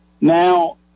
Now